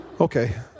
Okay